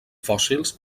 fòssils